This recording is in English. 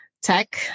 tech